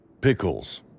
Pickles